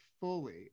fully